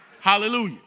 Hallelujah